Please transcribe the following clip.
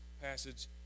passage